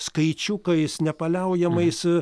skaičiukais nepaliaujamais